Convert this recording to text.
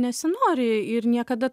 nesinori ir niekada